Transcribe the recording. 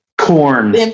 Corn